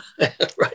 Right